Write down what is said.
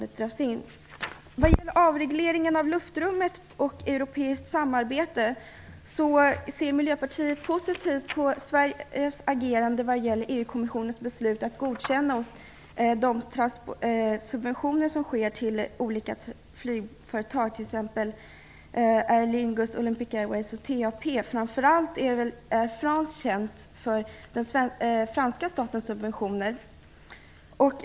Vad gäller avregleringen av luftrummet och europeiskt samarbete ser Miljöpartiet positivt på Sveriges agerande vad gäller EU-kommissionens beslut att godkänna de subventioner för olika flygföretag, t.ex. Air Lingus, Olympic Airways och TAP. Framför allt är Air France känt för den franska statens subventioner.